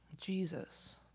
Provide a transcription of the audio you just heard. Jesus